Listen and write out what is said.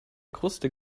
kruste